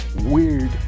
weird